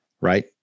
Right